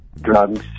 drugs